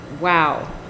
Wow